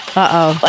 Uh-oh